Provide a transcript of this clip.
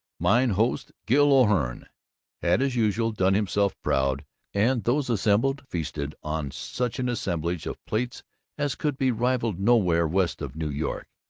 mine host gil o'hearn had as usual done himself proud and those assembled feasted on such an assemblage of plates as could be rivaled nowhere west of new york,